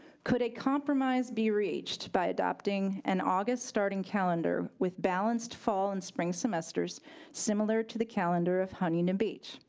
could a compromise be reached by adopting an august starting calender with balanced fall and spring semesters similar to the calendar of huntington beach.